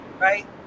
right